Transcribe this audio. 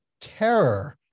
terror